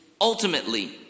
ultimately